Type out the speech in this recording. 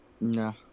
no